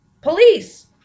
police